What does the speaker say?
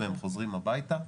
-- והם חוזרים הביתה.